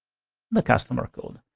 the customer code.